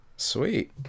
Sweet